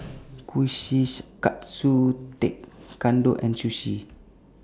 Kushikatsu Tekkadon and Sushi